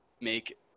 make